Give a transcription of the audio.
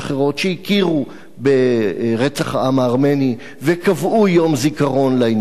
שהכירו ברצח העם הארמני וקבעו יום זיכרון לעניין הזה,